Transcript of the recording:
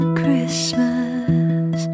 christmas